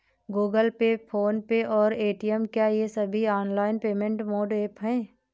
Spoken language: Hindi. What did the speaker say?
गूगल पे फोन पे और पेटीएम क्या ये सभी ऑनलाइन पेमेंट मोड ऐप हैं?